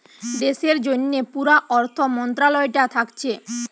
দেশের জন্যে পুরা অর্থ মন্ত্রালয়টা থাকছে